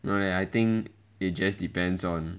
no leh I think it just depends on